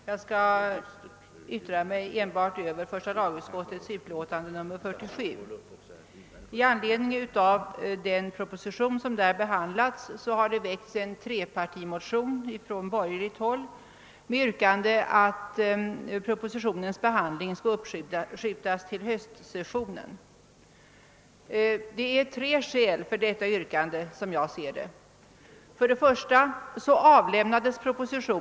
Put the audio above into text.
Herr talman! Jag skall enbart yttra mig över första lagutskottets utlåtande nr 47. I anledning av den proposition som där behandlas har det väckts en trepartimotion från borgerligt håll med yrkande att propositionens behandling skall uppskjutas till höstsessionen. Enligt min mening finns det tre skäl för detta yrkande. För det första avlämnades propositio.